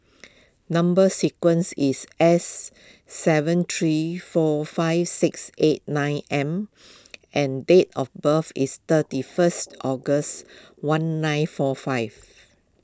Number Sequence is S seven three four five six eight nine M and date of birth is thirty first August one nine four five